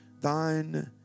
thine